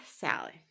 Sally